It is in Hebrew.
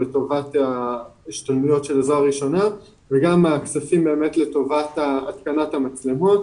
לטובת ההשתלמויות בעזרה ראשונה וגם כספים לטובת התקנת המצלמות